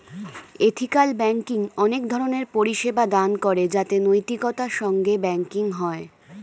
ethical banking অনেক ধরণের পরিষেবা দান করে যাতে নৈতিকতার সঙ্গে ব্যাঙ্কিং হয়